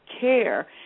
care